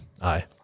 aye